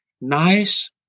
nice